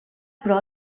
però